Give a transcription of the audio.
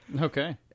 Okay